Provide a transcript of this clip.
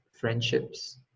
friendships